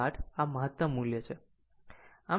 8 આ મહત્તમ મૂલ્ય છે